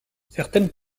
certaines